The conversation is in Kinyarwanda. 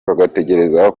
bagatekereza